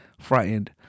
frightened